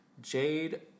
Jade